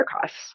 costs